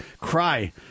cry